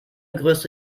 größte